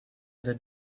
other